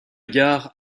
gare